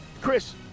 Chris